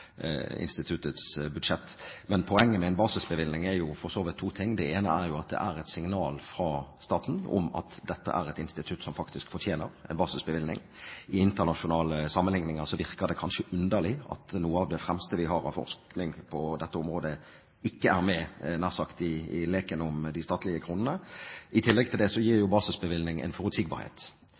instituttets budsjett. Poenget med en basisbevilgning er for så vidt to ting. Det ene er at det er et signal fra staten om at dette er et institutt som faktisk fortjener en basisbevilgning. I internasjonale sammenligninger virker det kanskje underlig at noe av det fremste vi har av forskning på dette området, ikke er med i – nær sagt – leken om de statlige kronene. I tillegg til det gir basisbevilgning en forutsigbarhet.